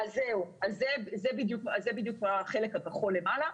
זה בדיוק החלק הכחול למעלה.